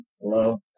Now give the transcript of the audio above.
Hello